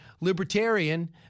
Libertarian